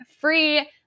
free